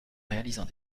réalisant